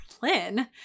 Berlin